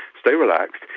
stay relaxed,